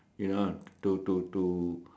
you know to to to